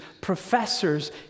professors